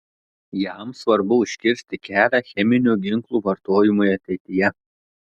jam svarbu užkirsti kelią cheminių ginklų vartojimui ateityje